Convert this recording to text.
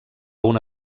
una